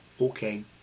okay